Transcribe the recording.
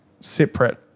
separate